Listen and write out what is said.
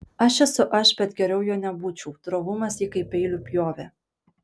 aš esu aš bet geriau juo nebūčiau drovumas jį kaip peiliu pjovė